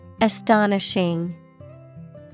Astonishing